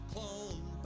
Clone